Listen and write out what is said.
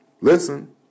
Listen